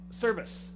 Service